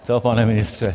Co, pane ministře?